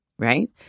right